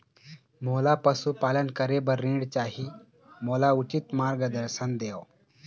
मोला पशुपालन करे बर ऋण चाही, मोला उचित मार्गदर्शन देव?